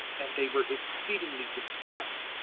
and they were exceedingly distressed.